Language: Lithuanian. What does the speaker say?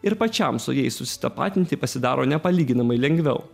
ir pačiam su jais susitapatinti pasidaro nepalyginamai lengviau